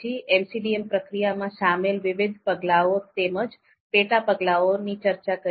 પછી MCDM પ્રક્રિયામાં સામેલ વિવિધ પગલાઓ તેમજ પેટા પગલાંની ચર્ચા કરી